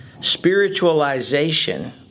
spiritualization